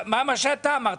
מה שאתה אמרת,